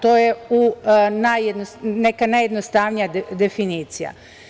To je neka najjednostavnija definicija.